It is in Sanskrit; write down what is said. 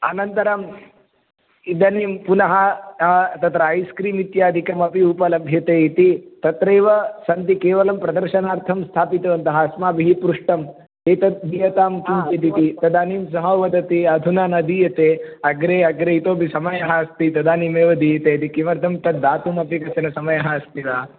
अनन्तरम् इदानीं पुनः तत्र ऐस् क्रीम् इत्यादिकमपि उपलभ्यते इति तत्रैव सन्ति केवलं प्रदर्शनार्थं स्थापितवन्तः अस्माभिः पृष्टम् एतद् दीयताम् इति तदानीं सः वदति अधुना न दीयते अग्रे अग्रे इतोपि समयः अस्ति तदानीमेव दीयते इति किमर्थं तद्दातुमपि कश्चन समयः अस्ति वा